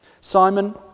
Simon